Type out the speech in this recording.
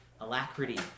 alacrity